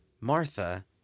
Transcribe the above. Martha